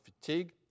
fatigue